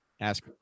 Ask